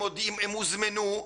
הם הוזמנו,